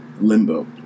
limbo